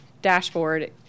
dashboard